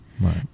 Right